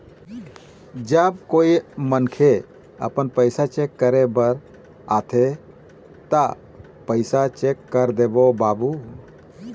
जब कोई मनखे आपमन पैसा चेक करे बर आथे ता पैसा चेक कर देबो बाबू?